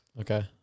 Okay